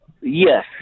Yes